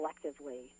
collectively